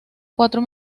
cuatro